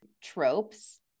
tropes